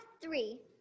three